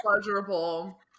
pleasurable